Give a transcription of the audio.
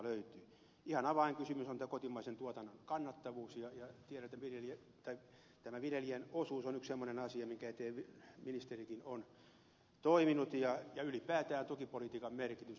ihan avainkysymys on tämä kotimaisen tuotannon kannattavuus ja tämä viljelijän osuus on yksi semmoinen asia minkä eteen ministerikin on toiminut ja ylipäätään tukipolitiikan merkitys on suuri